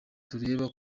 turebe